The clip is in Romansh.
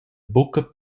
buca